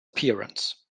appearance